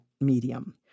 medium